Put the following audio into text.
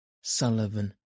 Sullivan